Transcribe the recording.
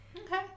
Okay